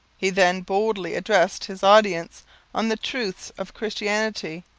he then boldly addressed his audience on the truths of christianity,